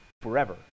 forever